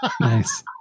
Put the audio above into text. Nice